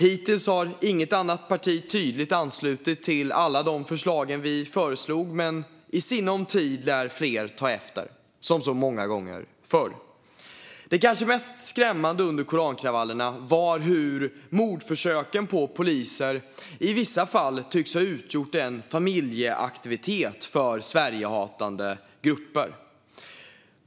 Hittills har inget annat parti tydligt anslutit sig till alla de förslag som vi lagt fram, men i sinom tid lär fler ta efter, som så många gånger förr. Det kanske mest skrämmande under korankravallerna var hur mordförsöken på poliser i vissa fall tycks ha utgjort en familjeaktivitet för Sverigehatande grupper.